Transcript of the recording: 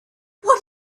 what